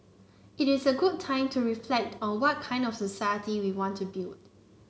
it is a good time to reflect on what kind of society we want to build